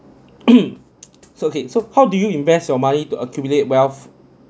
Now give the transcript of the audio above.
so okay so how do you invest your money to accumulate wealth